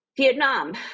Vietnam